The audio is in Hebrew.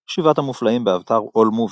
"שבעת המופלאים", באתר AllMovie